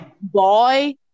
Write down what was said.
Boy